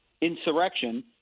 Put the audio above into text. insurrection